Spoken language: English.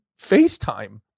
FaceTime